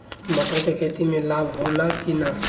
मटर के खेती से लाभ होला कि न?